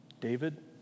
David